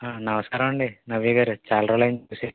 నమస్కారమండి నవ్య గారు చాలా రోజులైంది చూసి